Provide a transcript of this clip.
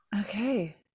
Okay